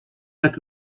jak